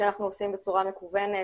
שאנחנו עושים בצורה מקוונת,